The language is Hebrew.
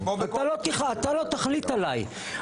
אתה לא תחליט עליי.